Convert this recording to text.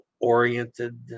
oriented